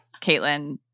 Caitlin